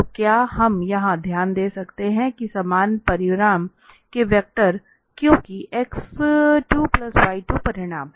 तो क्या हम यहाँ ध्यान दे सकते हैं कि समान परिमाण के वेक्टर क्योंकि x2y2 परिमाण है